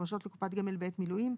הפרשות לקופת גמל בעת מילואים,